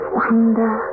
wonder